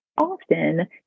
often